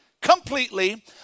completely